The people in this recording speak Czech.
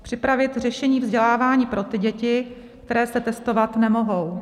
Připravit řešení vzdělávání pro ty děti, které se testovat nemohou.